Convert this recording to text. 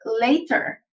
later